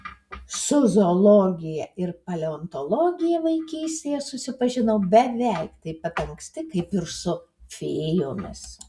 su zoologija ir paleontologija vaikystėje susipažinau beveik taip pat anksti kaip ir su fėjomis